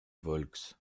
volx